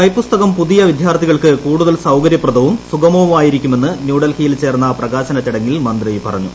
കൈപ്പുസ്തകം പുതിയ വിദ്യാർത്ഥികൾക്ക് കൂടുതൽ സൌകര്യപ്രദവും സുഗമവുമായിരിക്കുമെന്ന് ന്യൂഡൽഹിയിൽ ചേർന്ന പ്രകാശന ചടങ്ങിൽ മന്ത്രി പറഞ്ഞു